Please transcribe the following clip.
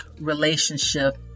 relationship